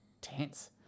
tense